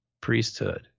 priesthood